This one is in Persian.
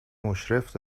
مشرف